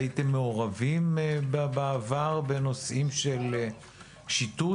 הייתם מעורבים בעבר בנושאים של שיטור